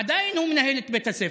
עדיין הוא מנהל את בית הספר,